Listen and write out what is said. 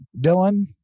Dylan